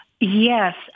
Yes